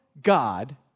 God